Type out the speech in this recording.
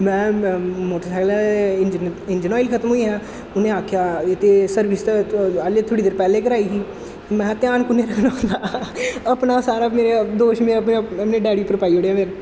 महैं में मोटर सैकलै दे इंजन इंजन आयल खत्म होई गेआ उ'नें आखेआ ते सर्विस ते हल्लें थोह्ड़ी देर पैह्लें कराई ही महैं ध्यान कु'न्नै रक्खना होंदा अपना सारा मेरे दोश मेरा में अपने डैडी पर पाई ओड़ेआ फिर